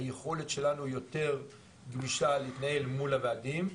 שהיכולת שלנו היא יותר גמישה להתנהל אל מול הוועדים,